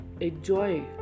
enjoy